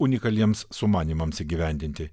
unikaliems sumanymams įgyvendinti